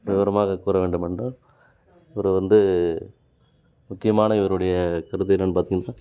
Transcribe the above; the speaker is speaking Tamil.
விவரமாக கூறவேண்டுமென்றால் இவர் வந்து முக்கியமான இவருடைய கருத்து என்னென்று பார்த்தீங்கன்னா